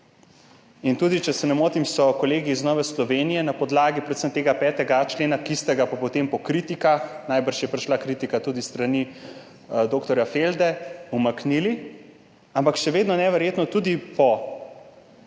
In če se ne motim, so kolegi iz Nove Slovenije na podlagi predvsem tega 5.a člena, ki ste ga potem po kritikah, najbrž je prišla kritika tudi s strani dr. Felde, umaknili, ampak še vedno neverjetno, tudi